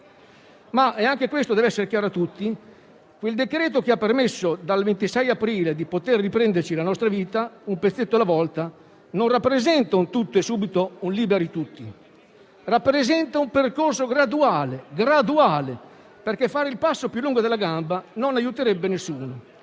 Anche questo deve essere chiaro a tutti: il decreto che ha permesso dal 26 aprile di poterci riprendere la nostra vita, un pezzetto alla volta, non rappresenta un "tutto e subito" o un "liberi tutti", ma rappresenta un percorso graduale, perché fare il passo più lungo della gamba non aiuterebbe nessuno.